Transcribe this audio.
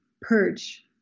purge